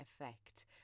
effect